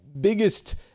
biggest